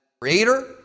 creator